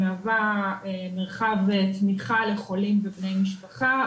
היא מהווה מרחב תמיכה לחולים ולבני משפחה.